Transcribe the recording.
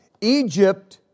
Egypt